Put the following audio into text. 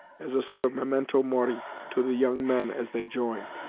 as a sort of memento mori, to the young men as they join.